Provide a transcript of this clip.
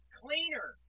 cleaner